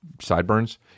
Sideburns